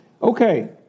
Okay